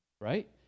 right